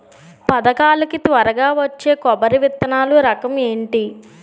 పథకాల కి త్వరగా వచ్చే కొబ్బరి విత్తనాలు రకం ఏంటి?